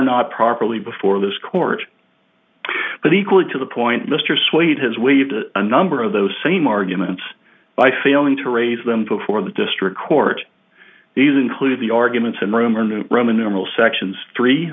not properly before this court but equally to the point mr suade has waived a number of those same arguments by failing to raise them before the district court these include the arguments in rome or new roman numeral sections three